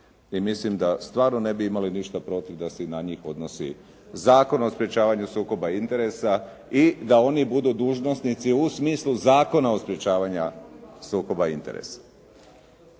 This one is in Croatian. i mislim da stvarno ne bi imali ništa protiv da se i na njih odnosi Zakon o sprječavanju sukoba interesa i da oni budu dužnosnici u smislu Zakona o sprječavanju sukoba interesa.